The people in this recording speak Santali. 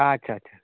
ᱟᱪᱪᱷᱟ ᱟᱪᱪᱷᱟ